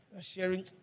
sharing